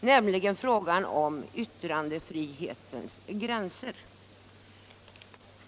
nämligen frågan om yturandefrihetens gränser.